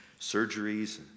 surgeries